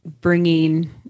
bringing